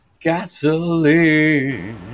gasoline